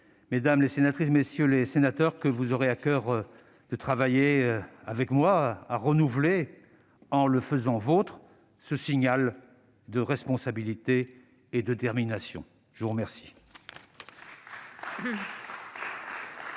mesdames les sénatrices, messieurs les sénateurs, que vous aurez à coeur de travailler avec moi à renouveler, en le faisant vôtre, ce signal de responsabilité et de détermination. La parole